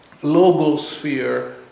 logosphere